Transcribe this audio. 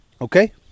okay